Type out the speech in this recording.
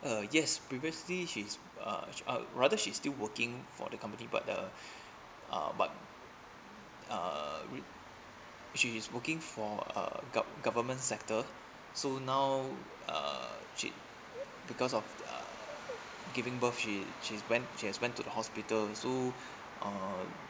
uh yes previously she's uh uh rather she's still working for the company but uh uh but uh we she's working for uh gov~ government sector so now uh she because of uh giving birth she she's went she has went to the hospital so uh